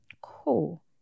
Cool